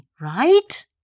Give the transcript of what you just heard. right